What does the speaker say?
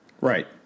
Right